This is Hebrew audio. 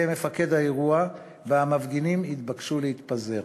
מפקד האירוע והמפגינים התבקשו להתפזר.